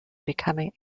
becoming